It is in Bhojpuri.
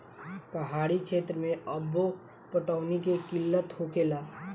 पहाड़ी क्षेत्र मे अब्बो पटौनी के किल्लत होखेला